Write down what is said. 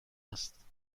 است